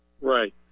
Right